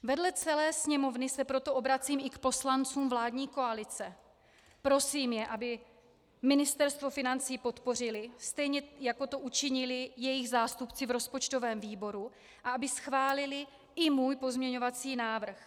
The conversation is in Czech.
Vedle celé Sněmovny se proto obracím i k poslancům vládní koalice, prosím je, aby Ministerstvo financí podpořili, stejně jako to učinili jejich zástupci v rozpočtovém výboru, a aby schválili i můj pozměňovací návrh.